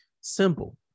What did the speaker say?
Simple